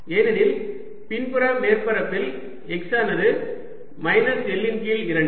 ஏனெனில் பின்புற மேற்பரப்பில் x ஆனது மைனஸ் L இன் கீழ் 2